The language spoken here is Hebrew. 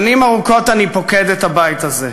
שנים ארוכות אני פוקד את הבית הזה,